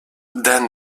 dan